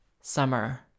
summer